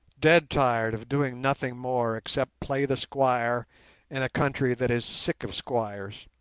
dead-tired of doing nothing more except play the squire in a country that is sick of squires.